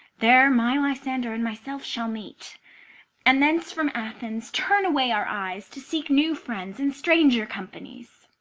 there my lysander and myself shall meet and thence from athens turn away our eyes, to seek new friends and stranger companies.